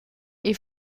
est